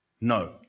No